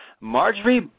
Marjorie